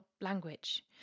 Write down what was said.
language